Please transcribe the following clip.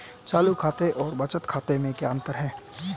चालू खाते और बचत खाते में क्या अंतर है?